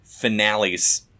Finale's